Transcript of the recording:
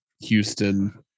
Houston